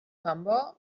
tambor